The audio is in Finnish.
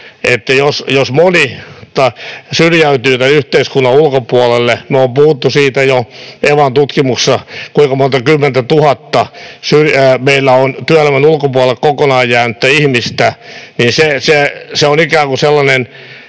jos moni syrjäytyy tämän yhteiskunnan ulkopuolelle — me olemme puhuneet siitä jo Evan tutkimuksessa, kuinka monta kymmentätuhatta meillä on kokonaan työelämän ulkopuolelle jäänyttä ihmistä — se on ikään kuin sellainen